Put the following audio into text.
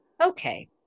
Okay